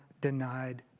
denied